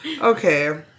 Okay